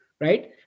right